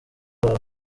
love